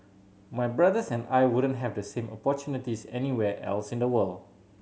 my brothers and I wouldn't have the same opportunities anywhere else in the world